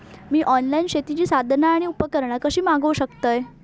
मी online शेतीची साधना आणि उपकरणा कशी मागव शकतय?